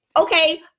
Okay